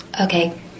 Okay